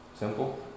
Simple